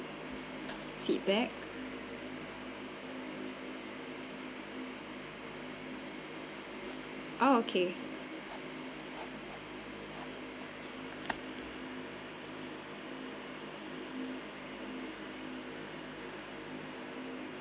feedback oh okay